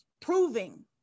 proving